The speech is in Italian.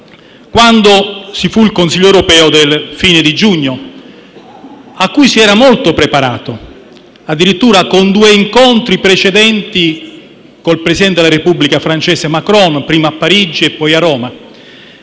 quando ci fu il Consiglio europeo della fine dello scorso giugno, per il quale si era molto preparato, addirittura con due incontri precedenti con il presidente della Repubblica francese Macron, prima a Parigi e poi a Roma.